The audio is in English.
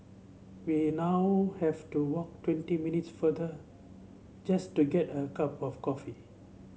we now have to walk twenty minutes farther just to get a cup of coffee